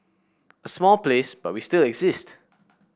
a small place but we still exist